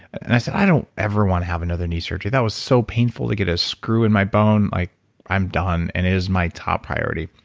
and i said, i don't ever want to have another knee surgery. that was so painful to get a screw in my bone. i'm done. and it is my top priority.